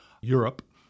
Europe